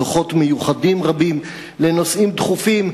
דוחות מיוחדים רבים לנושאים דחופים,